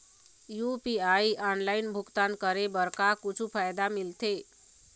UPI online भुगतान करे बर का कुछू फायदा मिलथे?